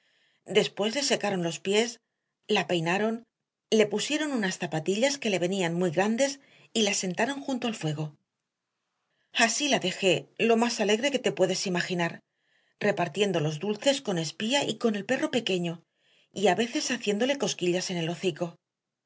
después le secaron los pies la peinaron le pusieron unas zapatillas que le venían muy grandes y la sentaron junto al fuego así la dejé lo más alegre que te puedes imaginar repartiendo los dulces con espía y con el perro pequeño y a veces haciéndole cosquillas en el hocico